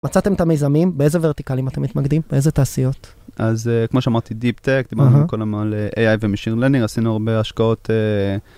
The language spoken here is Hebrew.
מצאתם את המיזמים, באיזה ורטיקלים אתם מתמקדים, באיזה תעשיות? אז כמו שאמרתי, Deep Tech, דיברנו קודם על AI ו machine learning , עשינו הרבה השקעות.